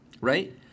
right